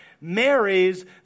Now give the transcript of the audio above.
marries